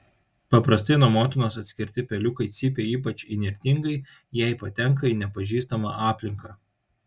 paprastai nuo motinos atskirti peliukai cypia ypač įnirtingai jei patenka į nepažįstamą aplinką